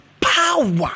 power